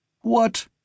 What